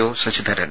O Sasidharan